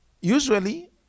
Usually